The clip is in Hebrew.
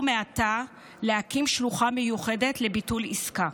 מעתה להקים שלוחה מיוחדת לביטול עסקה.